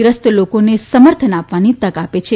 ગ્રસ્ત લોકોને સમર્થન આપવાની તક આપે છે